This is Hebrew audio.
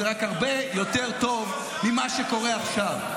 זה רק הרבה יותר טוב ממה שקורה עכשיו.